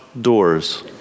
doors